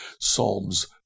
Psalms